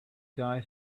guy